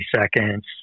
seconds